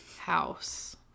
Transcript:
House